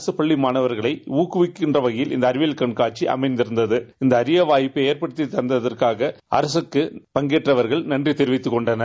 அரசு பள்ளி மாணவர்களை ஊக்குவிக்கும் வகையில் இந்த அறிவியல் கண்காட்சி அமைந்திருந்தது இந்த அரிய வாய்ப்பை எற்படுத்திதந்ததற்காக அரசுக்கு பங்கேற்றவர்கள் நன்றி தெரிவித்தனர்